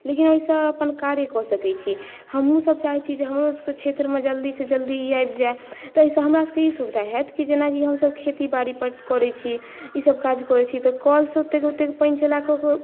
लेकिन ओहिसँ अपन कार्य कऽ सकै छी हमहुँ सभ चाहै छी जे हमरो सभकेँ क्षेत्रमे जल्दी सँ जल्दी ई आबि जाए ताही सँ हमरा सभकेँ ई सुविधा होएत जेनाकि हमसभ खेती बाड़ी करै छी ई सभ काज करै छी तऽ कल सँ ओतेक ओतेक पानि चला कऽ कऽ